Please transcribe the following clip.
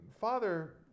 Father